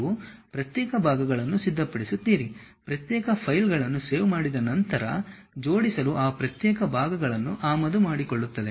ನೀವು ಪ್ರತ್ಯೇಕ ಭಾಗಗಳನ್ನು ಸಿದ್ಧಪಡಿಸುತ್ತೀರಿ ಪ್ರತ್ಯೇಕ ಫೈಲ್ಗಳನ್ನು ಸೇವ್ ಮಾಡಿದ ನಂತರ ಜೋಡಿಸಲು ಆ ಪ್ರತ್ಯೇಕ ಭಾಗಗಳನ್ನು ಆಮದು ಮಾಡಿಕೊಳ್ಳುತ್ತದೆ